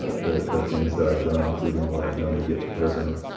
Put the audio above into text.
ah the the things that i've done, including what i've done to get to prison.